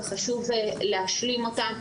וחשוב להשלים אותם.